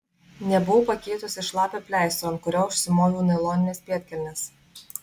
nebuvau pakeitusi šlapio pleistro ant kurio užsimoviau nailonines pėdkelnes